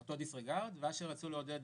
אותו דיסריגרד ואז כשרצו לעודד